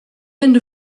end